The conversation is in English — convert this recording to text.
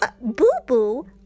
Boo-Boo